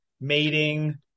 mating